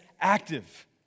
active